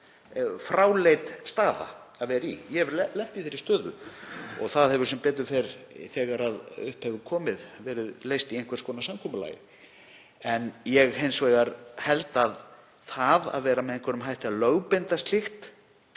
fráleit staða að vera í. Ég hef lent í þeirri stöðu. Það hefur sem betur fer, þegar upp hefur komið, verið leyst í einhvers konar samkomulagi. Ég held hins vegar að það sé út í hött að vera með einhverjum hætti að lögbinda slíkt